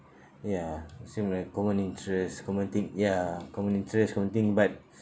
ya same right common interest common thing ya common interest common thing but